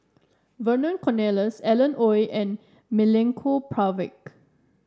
Vernon Cornelius Alan Oei and Milenko Prvacki